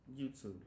YouTube